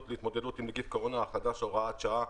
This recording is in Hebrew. להתמודדות עם נגיף הקורונה החדש (הוראת שעה),